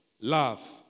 love